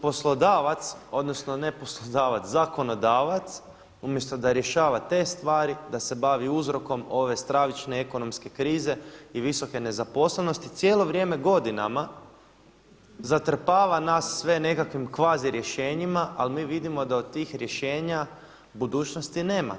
Poslodavac odnosno ne poslodavac zakonodavac umjesto da rješava te stvari da se bavi uzrokom ove stravične ekonomske krize i visoke nezaposlenosti cijelo vrijeme godinama zatrpava nas sve nekakvim kvazi rješenjima, ali vidimo da od tih rješenja budućnosti nema.